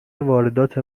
واردات